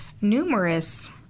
numerous